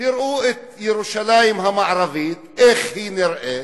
תראו את ירושלים המערבית, איך היא נראית,